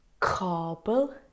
Kabel